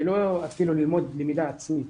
ולא ללמוד למידה עצמית.